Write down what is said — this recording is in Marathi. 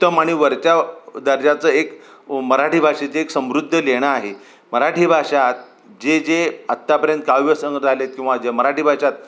उत्तम आणि वरच्या दर्जाचं एक मराठी भाषेची एक समृद्ध लेणं आहे मराठी भाषात जे जे आत्तापर्यंत काव्यसंग्रह आलेत किंवा जे मराठी भाषात